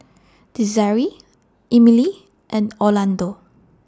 Desiree Emile and Orlando